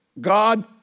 God